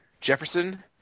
Jefferson